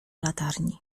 latarni